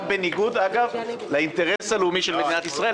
גם בניגוד לאינטרס הלאומי של מדינת ישראל.